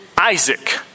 Isaac